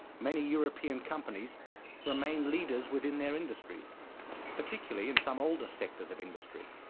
many european companies remain leaders within their industries particularly in some older sectors of industry.